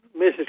Mrs